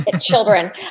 Children